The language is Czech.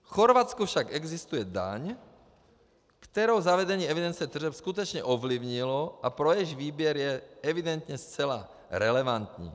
V Chorvatsku však existuje daň, kterou zavedení evidence tržeb skutečně ovlivnilo a pro jejíž výběr je evidentně zcela relevantní.